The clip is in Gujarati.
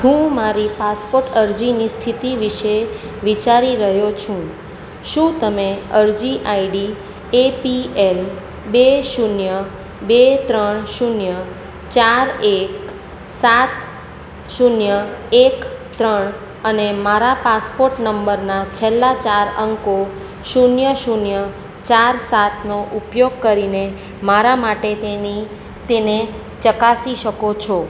હું મારી પાસપોર્ટ અરજીની સ્થિતિ વિષે વિચારી રહ્યો છું શું તમે અરજી આઈડી એપીએલ બે શૂન્ય બે ત્રણ શૂન્ય ચાર એક સાત શૂન્ય એક ત્રણ અને મારા પાસપોર્ટ નંબરના છેલ્લા ચાર અંકો શૂન્ય શૂન્ય ચાર સાતનો ઉપયોગ કરીને મારા માટે તેને ચકાસી શકો છો